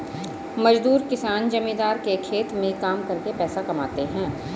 मजदूर किसान जमींदार के खेत में काम करके पैसा कमाते है